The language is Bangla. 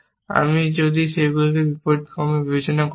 আমি যদি সেগুলিকে বিপরীত ক্রমে বিবেচনা করতাম